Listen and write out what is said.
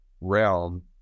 realm